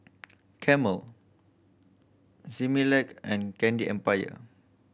Camel Similac and Candy Empire